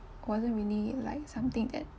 wasn't really like something that